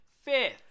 Fifth